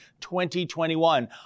2021